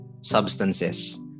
substances